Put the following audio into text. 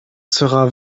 sera